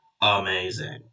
amazing